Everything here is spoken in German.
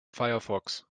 firefox